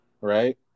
right